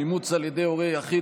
אימוץ על ידי הורה יחיד),